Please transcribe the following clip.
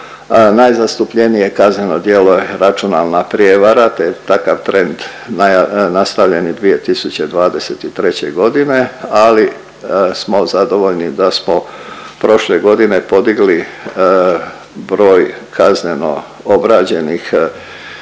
Najzastupljenije kazneno djelo je računalna prijevara, te takav trend nastavljen je i 2023.g., ali smo zadovoljni da smo prošle godine podigli broj kazneno obrađenih i